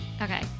Okay